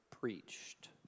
preached